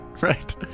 right